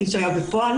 כפי שהיה בפועל,